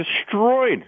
destroyed